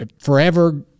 forever